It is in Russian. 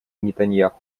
нетаньяху